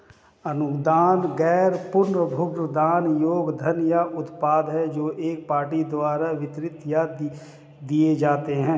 अनुदान गैर पुनर्भुगतान योग्य धन या उत्पाद हैं जो एक पार्टी द्वारा वितरित या दिए जाते हैं